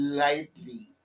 lightly